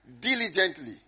diligently